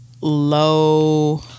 Low